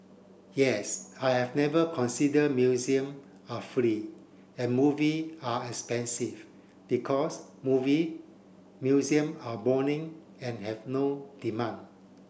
yes I've never consider museum are free and movie are expensive because movie museum are boring and have no demand